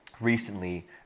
recently